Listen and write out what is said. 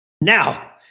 Now